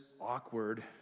awkward